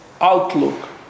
outlook